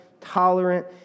tolerant